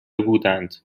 بودند